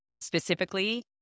specifically